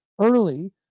early